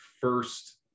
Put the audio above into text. first